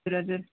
हजुर हजुर